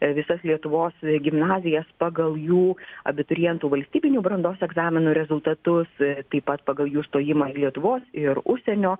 visas lietuvos gimnazijas pagal jų abiturientų valstybinių brandos egzaminų rezultatus taip pat pagal jų stojimą į lietuvos ir užsienio